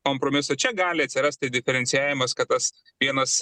kompromiso čia gali atsirasti diferencijavimas kad tas vienas